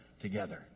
together